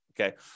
Okay